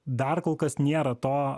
dar kol kas nėra to